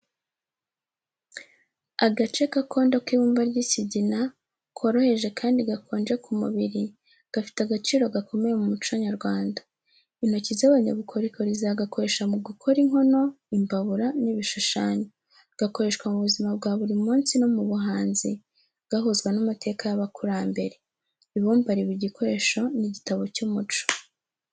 Agace k’akondo k'ibumba ry’ikigina, koroheje kandi gakonje ku mubiri, gafite agaciro gakomeye mu muco nyarwanda. Intoki z'abanyabukorikori zagakoresha mu gukora inkono, imbabura n’ibishushanyo. Gakoreshwa mu buzima bwa buri munsi no mu buhanzi, gahuzwa n’amateka y’abakurambere. Ibumba riba igikoresho n’igitabo cy’umuco.